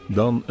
dan